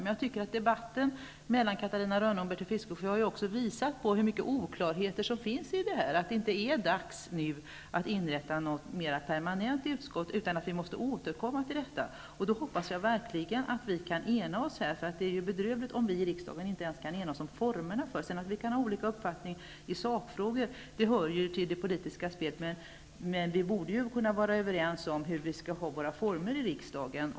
Men jag tycker att debatten mellan Catarina Rönnung och Bertil Fiskesjö har visat hur mycket oklarheter som finns. Det är inte dags ännu att inrätta ett mera permanent utskott. Vi måste återkomma till detta, och då hoppas jag verkligen att vi kan ena oss. Det är bedrövligt om vi i riksdagen inte kan ena oss om formerna. Att vi har olika uppfattning i sakfrågor hör till det politiska spelet, men vi borde kunna komma överens om formerna i riksdagen.